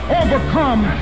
overcome